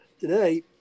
today